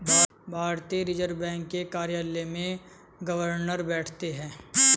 भारतीय reserve bank के कार्यालय में गवर्नर बैठते हैं